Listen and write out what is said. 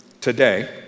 today